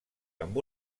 amb